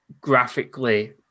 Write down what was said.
graphically